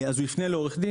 הוא יפנה לעורך דין?